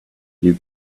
you